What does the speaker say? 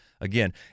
again